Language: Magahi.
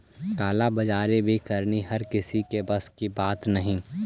काला बाजारी करनी भी हर किसी के बस की बात न हई